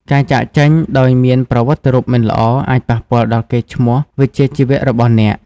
ការចាកចេញដោយមានប្រវត្តិរូបមិនល្អអាចប៉ះពាល់ដល់កេរ្តិ៍ឈ្មោះវិជ្ជាជីវៈរបស់អ្នក។